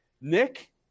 Nick